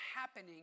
happening